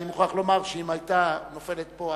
אני מוכרח לומר שאם ההצעה היתה נופלת פה,